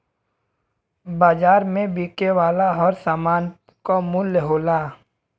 बाज़ार में बिके वाला हर सामान क मूल्य होला